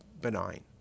benign